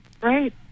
right